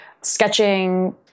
sketching